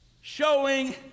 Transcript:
showing